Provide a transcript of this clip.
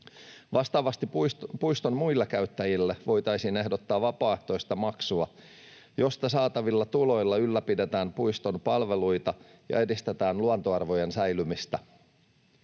Vastaavasti puiston muille käyttäjille voitaisiin ehdottaa vapaaehtoista maksua, josta saatavilla tuloilla ylläpidetään puiston palveluita ja edistetään luontoarvojen säilymistä.